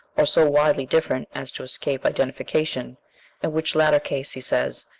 or so widely different as to escape identification in which latter case, he says,